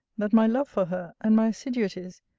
that my love for her, and my assiduities,